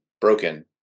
broken